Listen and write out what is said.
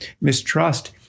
mistrust